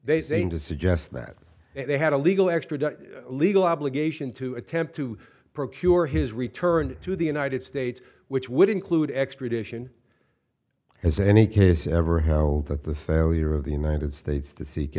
they seem to suggest that they had a legal extra legal obligation to attempt to procure his return to the united states which would include extradition has any case ever held that the failure of the united states to seek